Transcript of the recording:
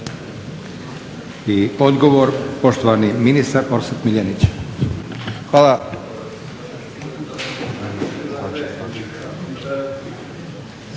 I odgovor, poštovani ministar Orsat Miljenić.